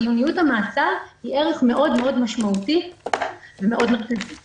חיוניות המעצר היא ערך משמעותי מאוד ומרכזי מאוד.